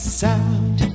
sound